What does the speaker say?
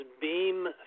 beam